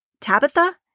Tabitha